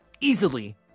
Easily